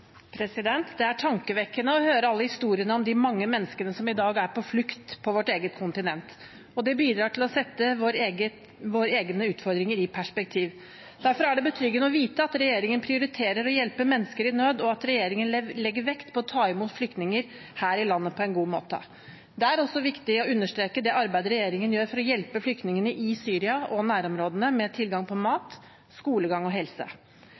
tankevekkende å høre alle historiene om de mange menneskene som i dag er på flukt på vårt eget kontinent. Det bidrar til å sette våre egne utfordringer i perspektiv. Derfor er det betryggende å vite at regjeringen prioriterer å hjelpe mennesker i nød, og at regjeringen legger vekt på å ta imot flyktninger her i landet på en god måte. Det er også viktig å understreke det arbeidet regjeringen gjør for å hjelpe flyktningene i Syria og nærområdene med tilgang på mat, skolegang og